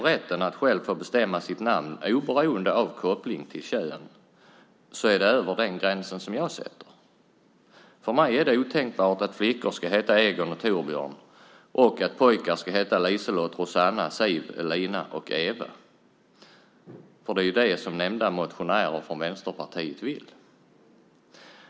Rätten att själv få bestämma sitt namn, oberoende av koppling till kön, går över den gräns som jag sätter. För mig är det otänkbart att flickor ska heta Egon och Torbjörn och att pojkar ska heta LiseLotte, Rossana, Siv, Elina och Eva, men det är det nämnda motionärer från Vänsterpartiet vill.